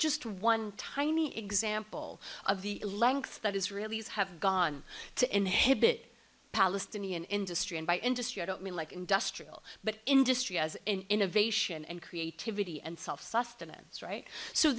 just one tiny example of the lengths that israelis have gone to inhibit palestinian industry and by industry i don't mean like industrial but industry has innovation and creativity and self sustenance right so